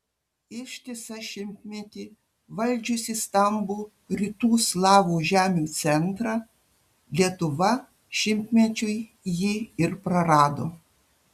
ištisą šimtmetį valdžiusi stambų rytų slavų žemių centrą lietuva šimtmečiui jį ir prarado